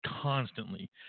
constantly